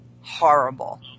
horrible